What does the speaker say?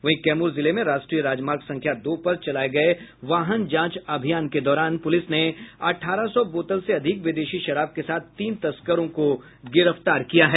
वहीं कैमूर जिले में राष्ट्रीय राजमार्ग संख्या दो पर चलाये गये वाहन जांच अभियान के दौरान पुलिस ने अठारह सौ बोतल से अधिक विदेशी शराब के साथ तीन तस्करों को गिरफ्तार किया है